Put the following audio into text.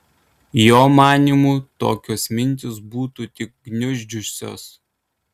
jo manymu tokios mintys būtų tik gniuždžiusios